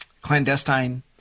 clandestine